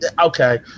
Okay